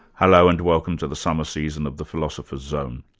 hello, and welcome to the summer season of the philosopher's zone,